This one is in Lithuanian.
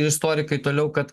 istorikai toliau kad